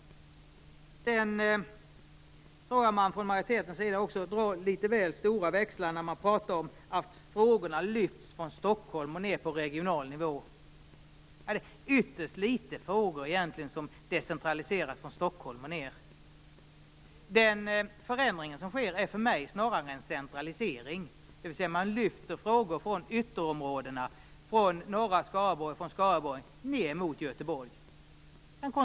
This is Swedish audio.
Jag tror också att majoriteten drar litet väl stora växlar när man säger att frågorna lyfts ned från Stockholm till regional nivå. Det är egentligen ytterst få frågor som decentraliseras från Stockholm. Den förändring som sker är för mig snarare en centralisering. Man lyfter frågor från ytterområdena, från Skaraborg, till Göteborg.